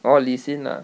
orh li xin ah